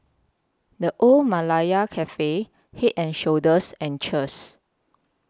The Old Malaya Cafe Head and Shoulders and Cheers